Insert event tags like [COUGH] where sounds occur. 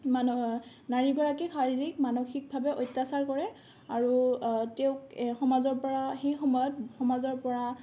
[UNINTELLIGIBLE] নাৰীগৰাকীক শাৰীৰিক মানসিকভাৱে অত্যাচাৰ কৰে আৰু তেওঁক সমাজৰ পৰা সেই সময়ত সমাজৰ পৰা